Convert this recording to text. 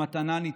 מתנה ניתנה,